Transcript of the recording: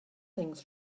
things